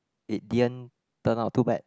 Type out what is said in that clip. it didn't turn out too bad